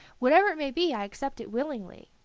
whatever it may be, i accept it willingly.